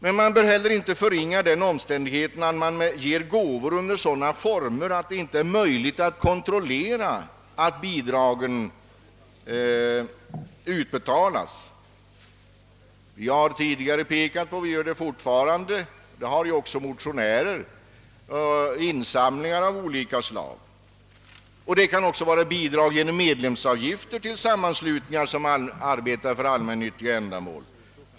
Men man bör heller inte förringa betydelsen av omständigheten att det ges gåvor under sådana former att det inte är möjligt att kontrollera att bidragen utbetalas — t.ex. insamlingar av olika slag. Vi har tidigare påpekat detta. Vi gör det fortfarande liksom flera motionärer. Det kan också vara fråga om bidrag genom : medlemsavgifter till sam manslutningar som arbetar för 'allmännyttiga ändamål.